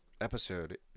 episode